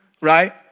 right